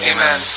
Amen